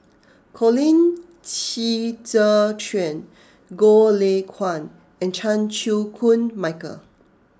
Colin Qi Zhe Quan Goh Lay Kuan and Chan Chew Koon Michael